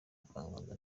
ubuvanganzo